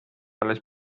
alles